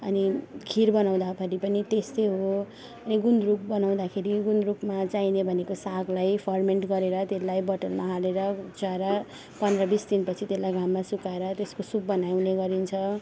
अनि खिर बनाउँदाखेरि पनि त्यस्तै हो गुन्द्रुक बनाउँदाखेरि गुन्द्रुकमा चाहिने भनेको सागलाई फर्मेन्ट गरेर त्यसलाई बटलमा हालेर कुच्चाएर पन्ध्र बिस दिनपछि त्यसलाई घाममा सुकाएर त्यसको सुप बनाइने गरिन्छ